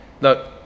look